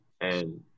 and-